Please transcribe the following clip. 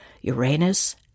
Uranus